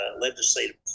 legislative